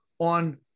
on